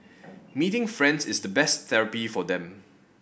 meeting friends is the best therapy for them